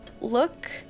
look